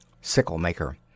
Sickle-maker